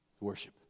worship